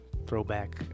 Throwback